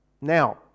Now